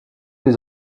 des